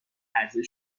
عرضه